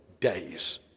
days